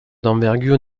d’envergure